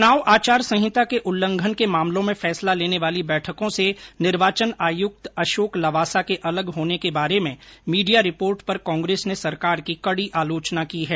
चुनाव आचार संहिता के उल्लंघन के मामलों में फैसला लेने वाली बैठकों से निर्वाचन आयुक्त अशोक लवासा र्क अलग होने के बारे में मीडिया रिपोर्ट पर कांग्रेस ने सरकार की कड़ी आलोचना की है